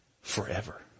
Forever